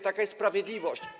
Taka jest sprawiedliwość.